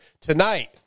Tonight